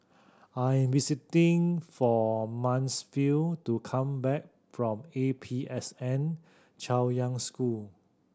I am visiting for Mansfield to come back from A P S N Chaoyang School